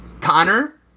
Connor